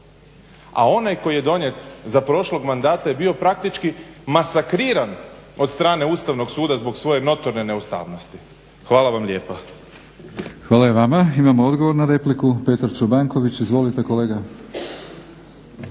a onaj koji je donijet za prošlog mandata je bio praktički masakriran od strane Ustavnog suda zbog svoje notorne neustavnosti. Hvala vam lijepa. **Batinić, Milorad (HNS)** Hvala i vama. Imamo odgovor na repliku, Petar Čobanković. Izvolite kolega.